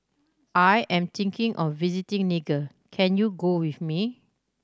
I am thinking of visiting Niger can you go with me